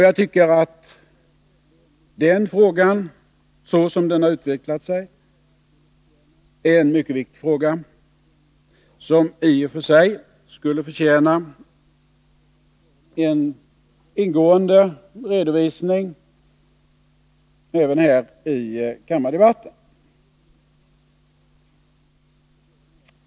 Jag tycker att den frågan, såsom den har utvecklat sig, är mycket viktig och i och för sig skulle förtjäna en ingående redovisning även här i kammardebatten.